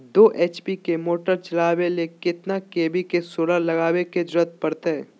दो एच.पी के मोटर चलावे ले कितना के.वी के सोलर लगावे के जरूरत पड़ते?